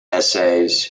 essays